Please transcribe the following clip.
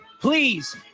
Please